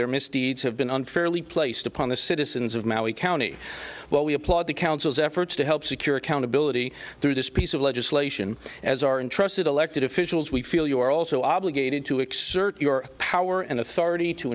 their misdeeds have been unfairly placed upon the citizens of maui county well we applaud the council's efforts to help secure accountability through this piece of legislation as are interested elected officials we feel you are also obligated to extend your power and authority to